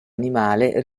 animale